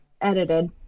edited